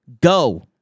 go